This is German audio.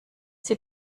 sie